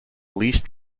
least